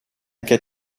get